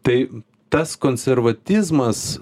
tai tas konservatizmas